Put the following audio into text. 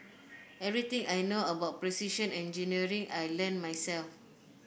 everything I know about precision engineering I learnt myself